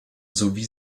sowie